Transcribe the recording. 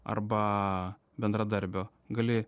arba bendradarbio gali